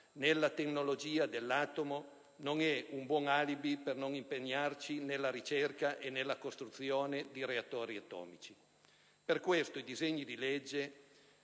nella tecnologia dell'atomo non è un buon alibi per non impegnarci nella ricerca e nella costruzione dei reattori atomici. Per questo i disegni di legge